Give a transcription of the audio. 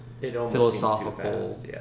philosophical